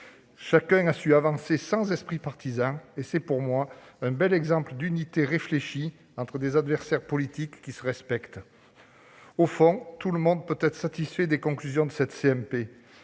Chacun a su avancer sans esprit partisan. C'est pour moi un bel exemple d'unité réfléchie entre des adversaires politiques qui se respectent., tout le monde peut être satisfait des conclusions de cette